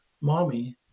Mommy